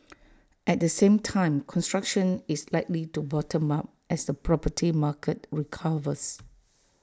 at the same time construction is likely to bottom up as the property market recovers